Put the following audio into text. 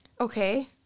Okay